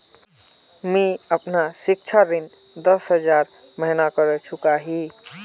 मी अपना सिक्षा ऋण दस हज़ार महिना करे चुकाही